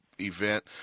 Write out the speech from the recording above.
event